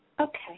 Okay